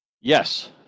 Yes